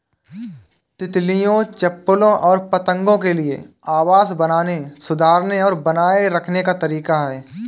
तितलियों, चप्पलों और पतंगों के लिए आवास बनाने, सुधारने और बनाए रखने का तरीका है